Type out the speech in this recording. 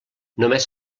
només